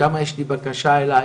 שם יש לי בקשה אליך,